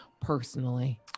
personally